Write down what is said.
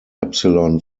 epsilon